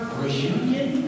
reunion